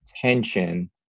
tension